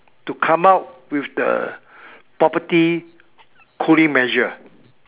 to come up with the property cooling measure